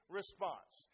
Response